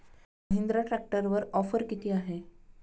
महिंद्रा ट्रॅक्टरवर ऑफर किती आहे?